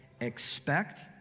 expect